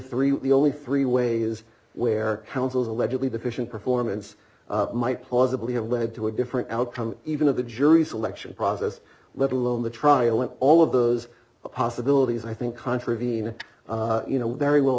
three the only three ways where counsel's allegedly deficient performance might plausibly have led to a different outcome even of the jury selection process let alone the trial and all of those possibilities i think contravene you know very well